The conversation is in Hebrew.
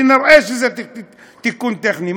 שנראה שזה תיקון טכני.